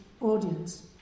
audience